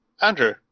Andrew